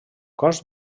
cos